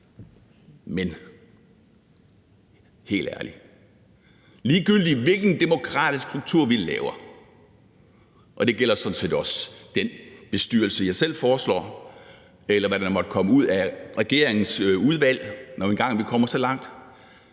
Men helt ærligt, ligegyldigt hvilken demokratisk struktur vi laver – og det gælder sådan set også den bestyrelse, jeg selv foreslår, eller hvad der måtte komme ud af regeringens udvalg, når vi engang kommer så langt